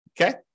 Okay